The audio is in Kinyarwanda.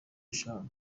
eshanu